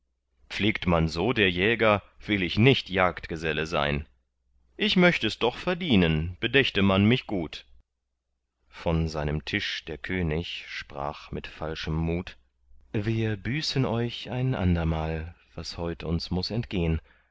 pflegt man so der jäger will ich nicht jagdgeselle sein ich möcht es doch verdienen bedächte man mich gut von seinem tisch der könig sprach mit falschem mut wir büßen euch ein andermal was heut uns muß entgehn